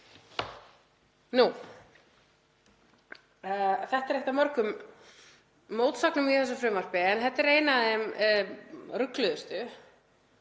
Þetta er ein af mörgum mótsögnum í þessu frumvarpi en þetta er ein af þeim rugluðustu,